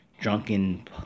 drunken